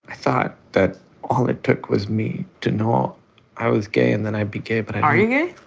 i thought that all it took was me to know i was gay and then i'd be gay but. are you gay?